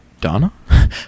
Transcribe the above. Donna